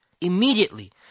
immediately